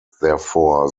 therefore